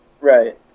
Right